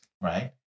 Right